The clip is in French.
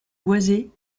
boisés